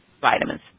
vitamins